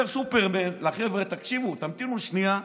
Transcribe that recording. אומר סופרמן לחבר'ה: תקשיבו, תמתינו שנייה,